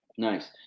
Nice